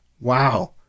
Wow